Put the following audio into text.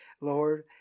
Lord